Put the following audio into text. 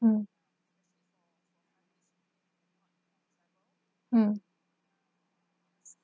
mm mm